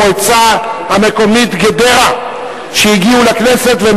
זה יועבר לוועדת הכנסת כדי שהיא תקבע.